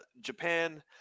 Japan